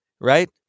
right